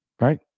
Right